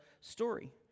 story